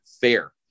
fair